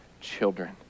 children